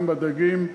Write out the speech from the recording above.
גם בדגים,